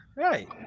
Right